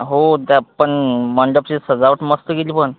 हो त्या पण मंडपची सजावट मस्त केली पण